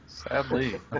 Sadly